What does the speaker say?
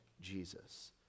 Jesus